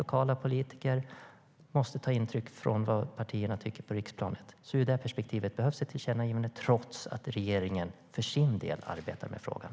Lokala politiker måste ta intryck av vad partierna på riksplanet tycker. Ur det perspektivet behövs det ett tillkännagivande, trots att regeringen för sin del arbetar med frågan.